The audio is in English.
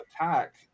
attack